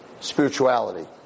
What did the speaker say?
Spirituality